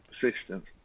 persistence